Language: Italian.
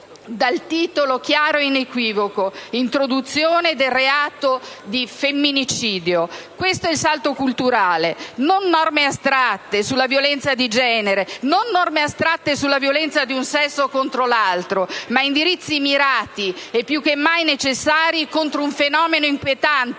dal titolo chiaro ed inequivocabile: «Introduzione del reato di femminicidio». Questo è il salto culturale. Non norme astratte sulla violenza di genere, non norme astratte sulla violenza di un sesso contro l'altro, ma indirizzi mirati e più che mai necessari contro un fenomeno inquietante,